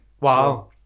Wow